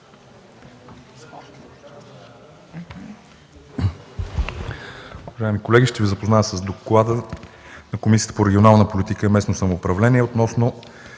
Уважаеми колеги, ще Ви запозная с: „ДОКЛАД на Комисията по регионална политика и местно самоуправление относно